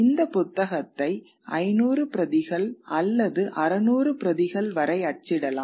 இந்த புத்தகத்தை 500 பிரதிகள் அல்லது 600 பிரதிகள் வரை அச்சிடலாம்